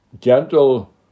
gentle